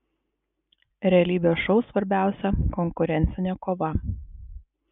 realybės šou svarbiausia konkurencinė kova